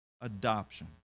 adoption